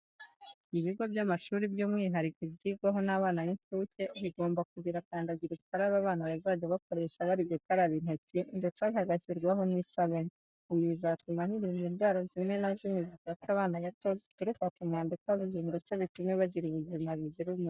Ibigo by'amashuri by'umwihariko ibyigwaho n'abana b'incuke bigomba kugira kandagira ukarabe abana bazajya bakoresha bari gukaraba intoki ndetse hagashyirwaho n'isabune. Ibi bizatuma hirindwa indwara zimwe na zimwe zifata abana bato zituruka ku mwanda ukabije ndetse bitume bagira n'ubuzima buzira umuze.